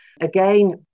Again